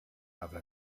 aber